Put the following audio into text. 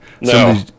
No